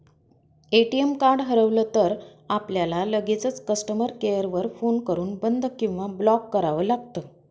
ATM card हरवलं तर, आपल्याला लगेचच कस्टमर केअर वर फोन करून बंद किंवा ब्लॉक करावं लागतं